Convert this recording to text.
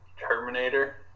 Terminator